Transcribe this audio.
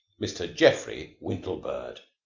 mr. geoffrey windlebird.